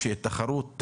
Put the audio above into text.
לתחרות.